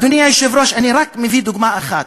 אדוני היושב-ראש, אני מביא רק דוגמה אחת: